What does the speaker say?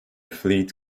fleet